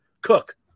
Cook